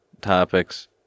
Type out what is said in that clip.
topics